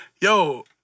yo